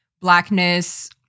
blackness